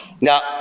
Now